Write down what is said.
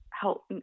help